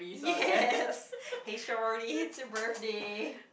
yes hey shawty it's your birthday